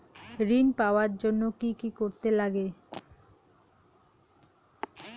ঋণ পাওয়ার জন্য কি কি করতে লাগে?